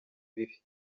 bibi